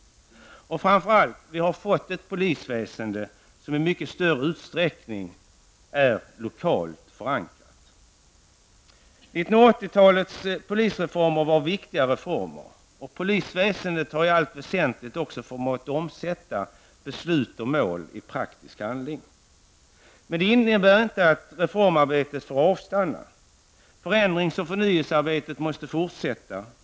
Vi har framför allt fått ett polisväsende som i mycket större utsträckning är lokalt förankrat. 1980-talets polisreformer var viktiga reformer. Polisväsendet har i allt väsentligt också förmått omsätta beslut och mål i praktisk handling. Men det innebär inte att reformarbetet får avstanna. Förändrings och förnyelsearbetet måste fortsätta.